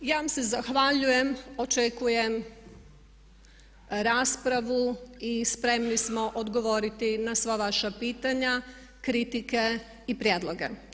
Ja vam se zahvaljujem, očekujem raspravu i spremni smo odgovoriti na sva vaša pitanja kritike i prijedloge.